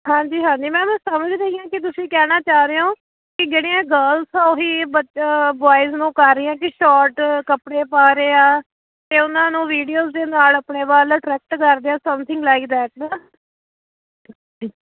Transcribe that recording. ਹਾਂਜੀ ਹਾਂਜੀ ਮੈਮ ਸਮਝ ਰਹੀ ਆ ਕਿ ਤੁਸੀਂ ਕਹਿਣਾ ਚਾਹ ਰਹੇ ਹੋ ਕਿ ਜਿਹੜੀਆਂ ਗਰਲਸ ਉਹੀ ਬ ਬੋਇਜ ਨੂੰ ਕਰ ਰਹੀ ਆ ਕਿ ਸ਼ੋਟ ਕੱਪੜੇ ਪਾ ਰਹੇ ਆ ਅਤੇ ਉਹਨਾਂ ਨੂੰ ਵੀਡੀਓ ਦੇ ਨਾਲ ਆਪਣੇ ਵੱਲ ਟਰੈਕਟਰ ਕਰਦੇ ਆ ਸਮਥਿੰਗ ਲਾਈਕ ਦੈਟ ਨਾ